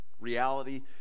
reality